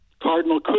Cardinal